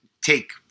take